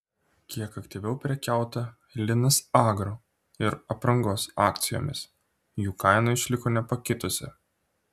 kiek aktyviau prekiauta linas agro ir aprangos akcijomis jų kaina išliko nepakitusi